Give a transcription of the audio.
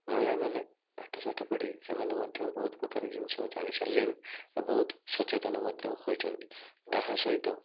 ମହିଳାମାନେ ପାଠଶାଠ ପଢ଼ି ସେମାନେ ମଧ୍ୟ ବହୁତ ପ୍ରକାର ଜିନିଷ ଜାଣିସାରିଲେଣି ଆଉ ବହୁତ ସଚେତନ ମଧ୍ୟ ହୋଇଛନ୍ତି ତାହା ସହିତ